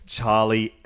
Charlie